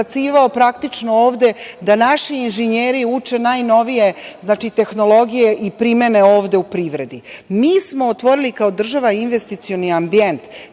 prebacivao ovde da naši inžinjeri uče najnovije tehnologije i primene ovde u privredi. Mi smo otvorili kao država investicioni ambijent